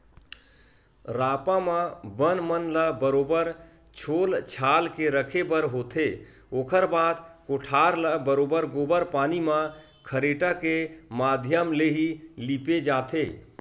रापा म बन मन ल बरोबर छोल छाल के रखे बर होथे, ओखर बाद कोठार ल बरोबर गोबर पानी म खरेटा के माधियम ले ही लिपे जाथे